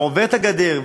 ועובר את הגדר,